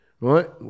right